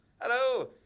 Hello